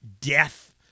death